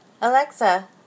Alexa